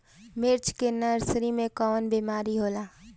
मिर्च के नर्सरी मे कवन बीमारी होला?